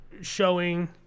showing